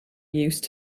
used